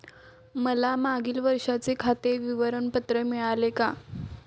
मला मागील वर्षाचे खाते विवरण पत्र मिळेल का?